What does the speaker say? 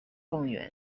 状元